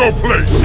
ah place!